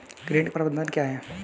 ऋण प्रबंधन क्या है?